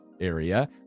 area